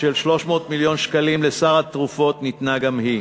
של 300 מיליון שקלים לסל התרופות ניתנה גם היא.